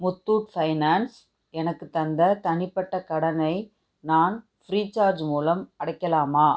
Muthoot finance எனக்குத் தந்த தனிப்பட்ட கடனை நான் ஃப்ரீசார்ஜ் மூலம் அடைக்கலாமா